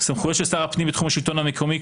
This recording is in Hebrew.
סמכויות שר הפנים בתחום השלטון המקומי,